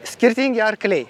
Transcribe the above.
skirtingi arkliai